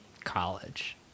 college